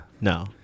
No